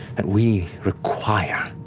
that we require.